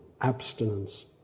abstinence